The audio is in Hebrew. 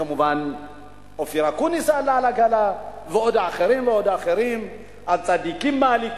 כמובן אופיר אקוניס עלה על העגלה ועוד אחרים ועוד אחרים,